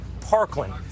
Parkland